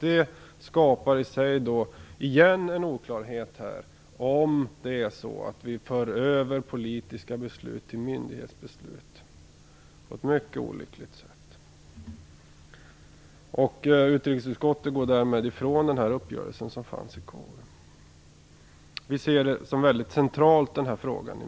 Det skapar igen en oklarhet om det är så att vi nu på ett olyckligt sätt för över politiska beslut till en myndighet. Utrikesutskottet går därmed ifrån uppgörelsen i KU. Vi i Miljöpartiet ser detta som en väldigt central fråga.